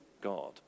God